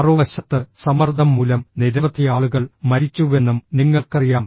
മറുവശത്ത് സമ്മർദ്ദം മൂലം നിരവധി ആളുകൾ മരിച്ചുവെന്നും നിങ്ങൾക്കറിയാം